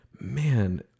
man